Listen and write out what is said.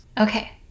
Okay